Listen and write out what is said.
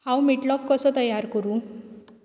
हांव मिटलॉफ कसो तयार करूं